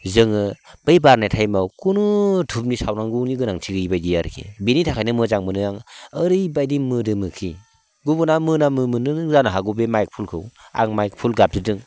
जोङो बै बारनाय थाइमाव कुनु धुपनि सावनांगौनि गोनांथि गैयिबायदि आरोकि बेनि थाखायनो मोजां मोनो आं ओरैबायदि मोदोमोकि गुबुना मोनामो मोन्दों जानो हागौ बे माइक फुलखौ आं माइक फुल गाबज्रिदों